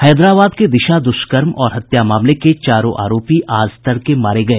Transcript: हैदराबाद के दिशा द्वष्कर्म और हत्या मामले के चारों आरोपी आज तड़के मारे गए